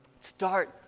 Start